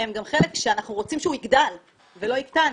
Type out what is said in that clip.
הן גם חלק שאנחנו רוצים שהוא יגדל ולא יקטן,